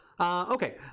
Okay